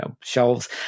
shelves